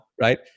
Right